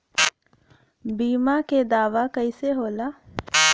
बीमा के दावा कईसे होला?